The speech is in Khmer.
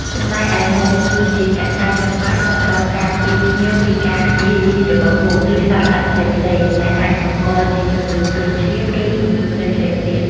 ចំណែកឯមុង គឺជាកត្តាចាំបាច់សម្រាប់ការពារភ្ញៀវពីការយាយីរបស់មូស ឬសត្វល្អិតផ្សេងៗ ដែលអាចបង្កជាជំងឺគ្រុនឈាម ឬជំងឺផ្សេងៗទៀត។